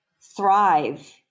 thrive